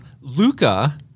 Luca